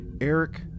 Eric